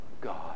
God